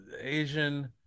Asian